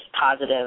positive